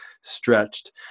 stretched